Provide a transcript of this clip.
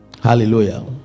Hallelujah